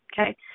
okay